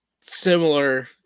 similar